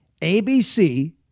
ABC